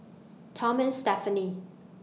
Tom and Stephanie